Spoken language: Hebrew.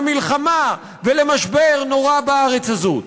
למלחמה ולמשבר נורא בארץ הזאת.